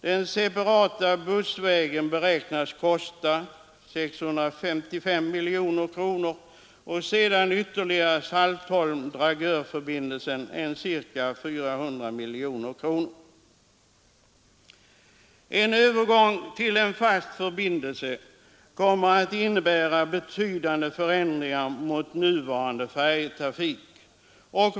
Den separata bussvägen beräknas kosta 655 miljoner kronor och därtill kommer Saltholm—Dragör-förbindelsen på ca 400 miljoner kronor. En övergång till en fast förbindelse kommer att innebära betydande förändringar mot nuvarande färjetrafik.